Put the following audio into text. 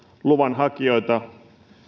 luvanhakijoita